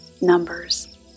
Numbers